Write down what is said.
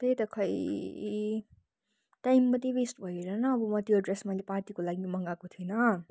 त्यही त खोइ टाइम मात्रै वेस्ट भयो हेर न अब म त्यो ड्रेस मैले पार्टीको लागि मगाएको थिएँ होइन